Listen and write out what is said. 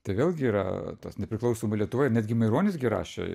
tai vėlgi yra tas nepriklausomoj lietuvoje netgi maironis gi rašė